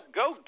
go